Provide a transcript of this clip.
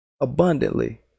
abundantly